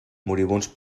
moribunds